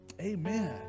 Amen